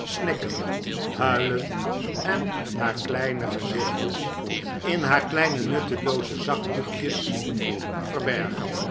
snikken huilen en haar kleine gezichtjes in haar kleine nuttelooze zakdoekjes verbergen